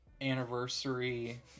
anniversary